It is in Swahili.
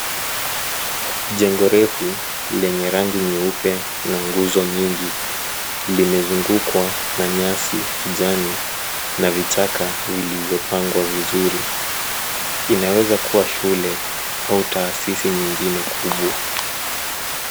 Jengo refu lenye rangi nyeupe na nguzo nyingi, limezungukwa na nyasi kijani na vichaka vilivyopangwa vizuri, inaweza kuwa shule au taasisi nyingine kubwa.